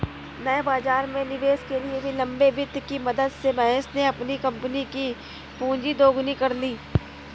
नए बाज़ार में निवेश के लिए भी लंबे वित्त की मदद से महेश ने अपनी कम्पनी कि पूँजी दोगुनी कर ली